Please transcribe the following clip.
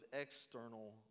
external